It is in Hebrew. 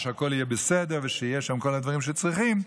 שהכול יהיה בסדר ושיהיו שם כל הדברים שצריכים,